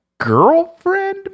girlfriend